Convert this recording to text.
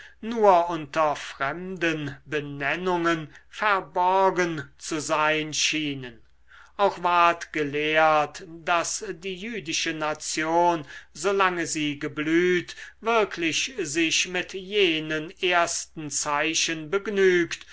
nur unter fremden benennungen verborgen zu sein schienen auch ward gelehrt daß die jüdische nation solange sie geblüht wirklich sich mit jenen ersten zeichen begnügt